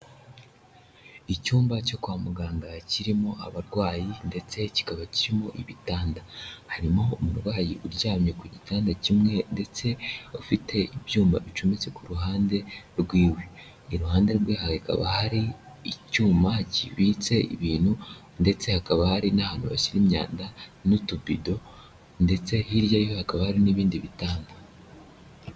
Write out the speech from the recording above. Icyumba cyo kwa muganga kirimo abarwayi, ndetse kikaba kirimo ibitanda. Harimo umurwayi uryamye ku gitanda kimwe, ndetse ufite ibyuma bicometse ku ruhande rw'iwe. Iruhande rwe hakaba hari icyuma kibitse ibintu, ndetse hakaba hari n'ahantu bashyira imyanda n'utubido, ndetse hirya ye hakaba hari n'ibindi bitanuda.